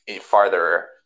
farther